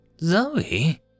Zoe